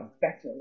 better